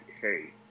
hey